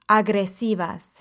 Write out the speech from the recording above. agresivas